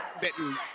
bitten